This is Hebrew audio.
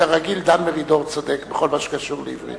כרגיל דן מרידור צודק בכל מה שקשור לעברית.